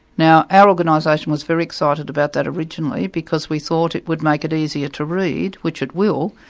now our organisation was very excited about that originally, because we thought it would make it easier to read, which it will,